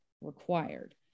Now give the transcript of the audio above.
required